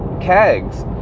kegs